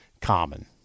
common